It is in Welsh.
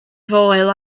foel